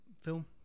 film